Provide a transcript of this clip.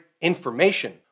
information